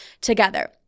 together